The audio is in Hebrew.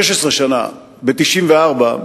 16 שנה, ב-1994,